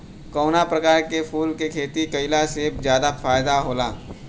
कवना प्रकार के फूल के खेती कइला से ज्यादा फायदा होला?